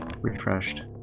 refreshed